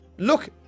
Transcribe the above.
Look